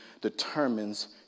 determines